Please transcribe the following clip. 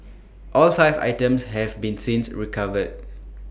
all five items have been since recovered